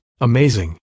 amazing